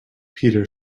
peter